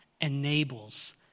enables